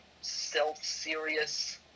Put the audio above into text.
self-serious